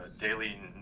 Daily